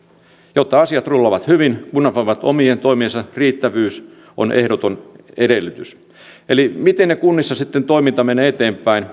jotta asiat rullaavat hyvin kunnan omien toimien riittävyys on ehdoton edellytys miten kunnissa sitten toiminta menee eteenpäin